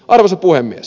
arvoisa puhemies